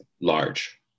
large